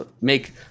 make